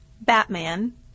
Batman